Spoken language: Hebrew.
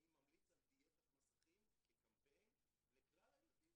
אני ממליץ על דיאטת מסכים כקמפיין לכלל הילדים